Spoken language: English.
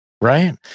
right